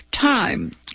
time